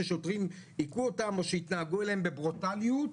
ששוטרים היכו אותם או שהתנהגו אליהם בברוטליות.